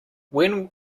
when